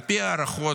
על פי הערכות